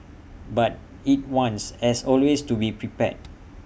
but IT wants as always to be prepared